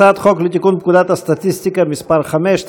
הצעת חוק לתיקון פקודת הסטטיסטיקה (מס' 5),